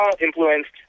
influenced